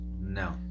No